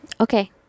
okay